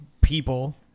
people